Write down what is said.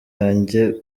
yanjye